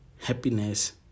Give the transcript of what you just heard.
happiness